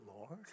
Lord